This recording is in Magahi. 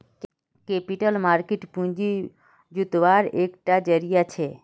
कैपिटल मार्किट पूँजी जुत्वार एक टा ज़रिया छे